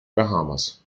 bahamas